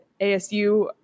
ASU